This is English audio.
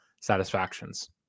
satisfactions